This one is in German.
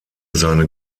seine